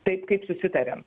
taip kaip susitarėm